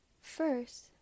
First